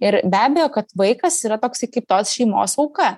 ir be abejo kad vaikas yra toksai kaip tos šeimos auka